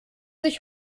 sich